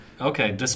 Okay